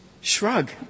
shrug